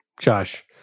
Josh